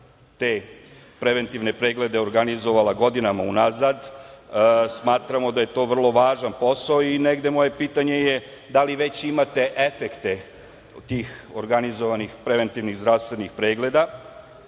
te preventivne preglede organizovala godinama unazad, smatramo da je to vrlo važan posao i negde moje pitanje je da li već imate efekte tih organizovanih preventivnih zdravstvenih pregleda